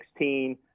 2016